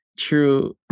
true